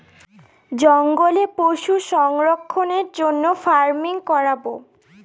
জঙ্গলে পশু সংরক্ষণের জন্য ফার্মিং করাবো